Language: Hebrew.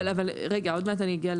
עוד מעט אני אגיע,